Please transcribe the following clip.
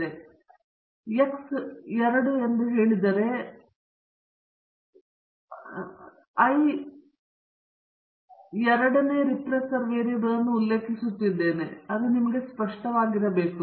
ಹಾಗಾಗಿ ನಾನು ಎಕ್ಸ್ 2 ಎಂದು ಹೇಳಿದರೆ ನಾನು ಇಥ್ ರನ್ ಮತ್ತು ಎರಡನೇ ರೆಪ್ರೆಸರ್ ವೇರಿಯಬಲ್ ಅನ್ನು ಉಲ್ಲೇಖಿಸುತ್ತಿದ್ದೇನೆ ಈಗ ನಿಮಗೆ ಅದು ಸ್ಪಷ್ಟವಾಗಿರಬೇಕು